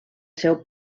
seu